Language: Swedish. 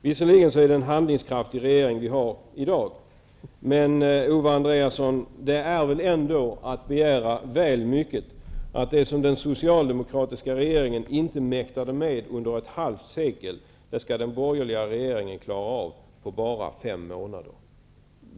Visserligen är det en handlingskraftig regering som vi har i dag, men det är ändå att begära för mycket att det den socialdemokratiska regeringen inte mäktade med under ett halvt sekel skall den borgerliga regeringen klara av på bara fem månader.